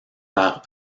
par